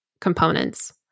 components